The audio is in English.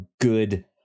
good